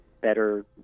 better